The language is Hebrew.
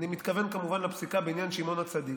אני מתכוון כמובן לפסיקה בעניין שמעון הצדיק,